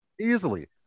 easily